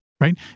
Right